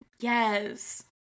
yes